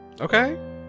Okay